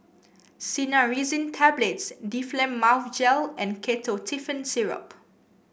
Cinnarizine Tablets Difflam Mouth Gel and Ketotifen Syrup